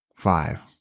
Five